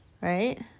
right